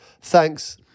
Thanks